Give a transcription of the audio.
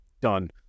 done